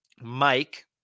Mike